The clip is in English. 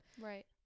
Right